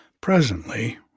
Presently